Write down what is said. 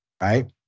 right